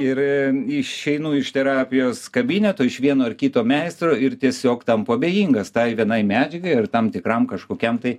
ir išeinu iš terapijos kabineto iš vieno ar kito meistro ir tiesiog tampu abejingas tai vienai medžiagai ir tam tikram kažkokiam tai